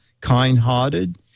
kind-hearted